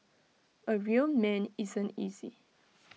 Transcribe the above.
A real man isn't easy